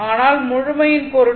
ஆனால் முழுமையின் பொருட்டு